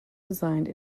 designed